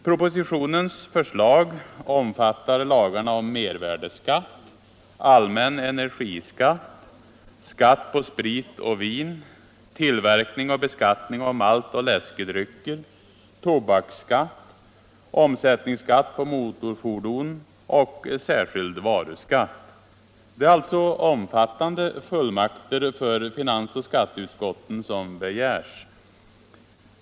Propositionens förslag omfattar lagarna om mervärdeskatt, allmän energiskatt, skatt på sprit och vin, tillverkning och beskattning av maltoch läskedrycker, tobaksskatt, omsättningsskatt på motorfordon och särskild varuskatt. Det är alltså omfattande fullmakter för finansoch skatteutskotten som begäres.